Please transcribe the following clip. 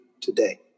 today